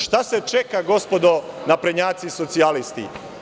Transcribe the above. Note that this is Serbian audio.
Šta se čeka gospodo naprednjaci i socijalisti?